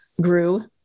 grew